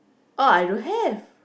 orh I don't have